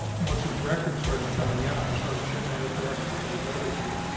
once these records started coming out. i saw the ship manifest and some of these other things.